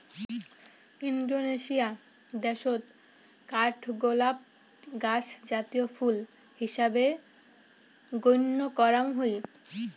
Indonesia দ্যাশত কাঠগোলাপ গছ জাতীয় ফুল হিসাবে গইণ্য করাং হই